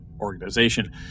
organization